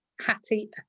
Hattie